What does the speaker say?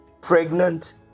Pregnant